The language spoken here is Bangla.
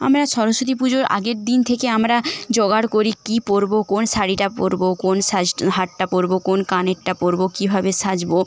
আমরা সরস্বতী পুজোর আগের দিন থেকে আমরা জোগাড় করি কি পরবো কোন শাড়িটা পরবো কোন সাজটা হারটা পরবো কোন কানেরটা পরবো কীভাবে সাজবো